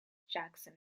jackson